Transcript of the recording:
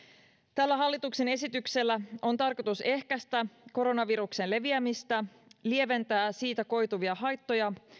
tällä hallituksen esityksellä on tarkoitus ehkäistä koronaviruksen leviämistä lieventää siitä koituvia haittoja